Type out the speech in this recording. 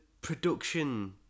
production